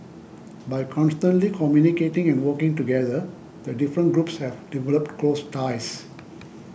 by constantly communicating and working together the different groups have developed close ties